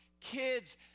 kids